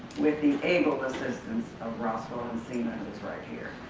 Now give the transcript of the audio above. with the able assistance of roswell encina, who is right here,